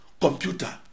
computer